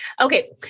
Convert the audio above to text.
okay